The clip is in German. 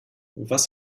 was